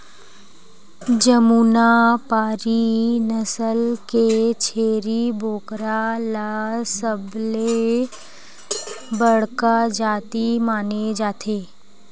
जमुनापारी नसल के छेरी बोकरा ल सबले बड़का जाति माने जाथे